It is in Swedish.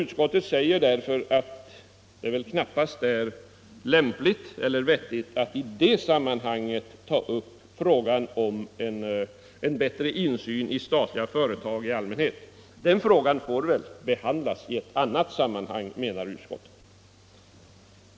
Utskottet säger därför att det knappast är lämpligt eller vettigt att i det sammanhanget ta upp frågan om en bättre insyn i statliga företag i allmänhet. Den får behandlas i ett annat sammanhang, menar utskottet.